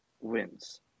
wins